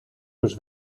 whose